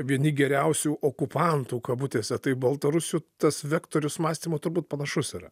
vieni geriausių okupantų kabutėse tai baltarusių tas vektorius mąstymo turbūt panašus yra